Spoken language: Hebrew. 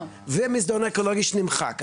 ומסדרון אקולוגי שנמחק.